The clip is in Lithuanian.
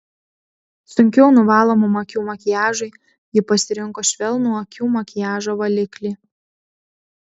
sunkiau nuvalomam akių makiažui ji pasirinko švelnų akių makiažo valiklį